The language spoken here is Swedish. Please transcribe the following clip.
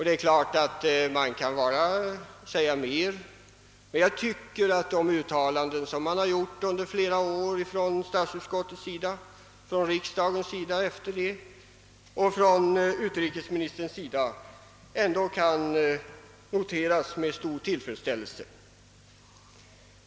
Det är klart att regeringen hade kunnat säga mera, men jag tycker att de uttalanden i denna fråga som har gjorts under flera år av statsutskottet, av regeringen och av utrikesministern ändå kan noteras med stor tillfredsställelse.